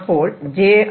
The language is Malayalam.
അപ്പോൾ j